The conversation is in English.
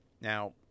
Now